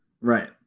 Right